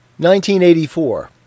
1984